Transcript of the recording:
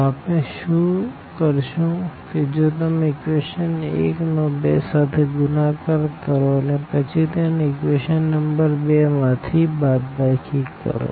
તો આપણે શુ કરશું કે જો તમે ઇક્વેશન 1 નો 2 સાથે ગુણાકાર કરો અને પછી તેને ઇક્વેશન નંબર 2 માં થી બાદબાકી કરો